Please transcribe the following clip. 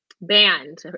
banned